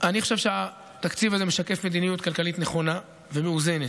שאני חושב שהתקציב הזה משקף מדיניות כלכלית נכונה ומאוזנת,